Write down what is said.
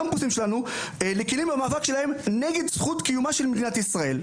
הקמפוסים שלנו לכלים במאבק שלהם נגד זכות קיומה של מדינת ישראל.